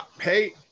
Hey